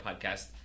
podcast